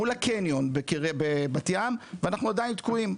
מול הקניון בבת ים ואנחנו עדיין תקועים,